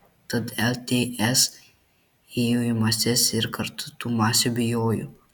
tad lts ėjo į mases ir kartu tų masių bijojo